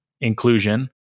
inclusion